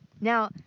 Now